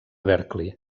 berkeley